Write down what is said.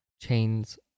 chains